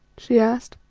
she asked.